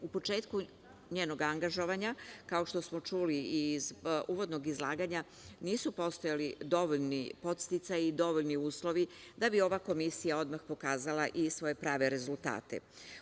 U početku njenog angažovanja, kao što smo čuli iz uvodnog izlaganja, nisu postojali dovoljni podsticaji i dovoljni uslovi da bi ova komisija odmah pokazala i svoje prave rezultate.